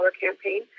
campaign